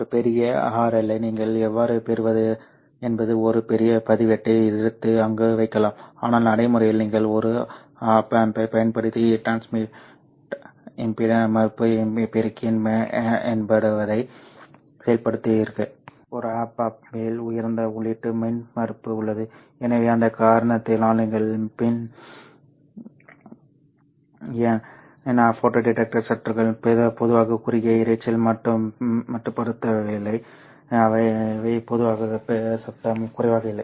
ஒரு பெரிய RL யை நீங்கள் எவ்வாறு பெறுவது என்பது ஒரு பெரிய பதிவேட்டை எடுத்து அங்கு வைக்கலாம் ஆனால் நடைமுறையில் நீங்கள் ஒரு ஒப் ஆம்பைப் பயன்படுத்தி டிரான்ஸ் மின்மறுப்பு பெருக்கி எனப்படுவதை செயல்படுத்துகிறீர்கள் ஒரு ஒப் ஆம்பில் மிக உயர்ந்த உள்ளீட்டு மின்மறுப்பு உள்ளது எனவே அந்த காரணத்தினால் நீங்கள் பின் ஃபோட்டோ டிடெக்டர் சுற்றுகள் பொதுவாக குறுகிய இரைச்சல் மட்டுப்படுத்தப்பட்டவை அவை பொதுவாக வெப்ப சத்தம் குறைவாக இல்லை